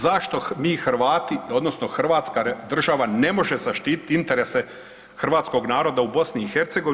Zašto mi Hrvati, odnosno Hrvatska država ne može zaštititi interese Hrvatskog naroda u BiH?